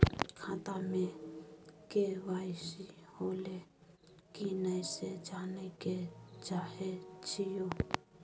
खाता में के.वाई.सी होलै की नय से जानय के चाहेछि यो?